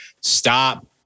stop